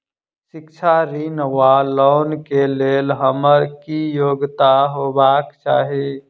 शिक्षा ऋण वा लोन केँ लेल हम्मर की योग्यता हेबाक चाहि?